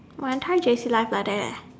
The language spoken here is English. my entire J_C life like that eh